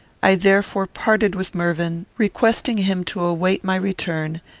i therefore parted with mervyn, requesting him to await my return,